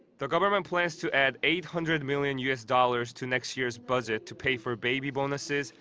the government plans to add eight hundred million u s. dollars to next year's budget to pay for baby bonuses,